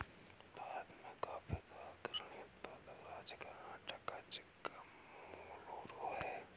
भारत में कॉफी का अग्रणी उत्पादक राज्य कर्नाटक का चिक्कामगलूरू है